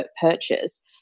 purchase